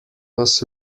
was